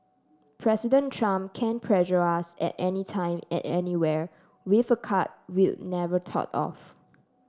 President Trump can pressure us at anytime at anywhere with a card we'll never thought of